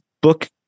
book